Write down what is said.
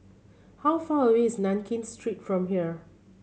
how far away is Nankin Street from here